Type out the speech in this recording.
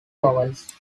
vowels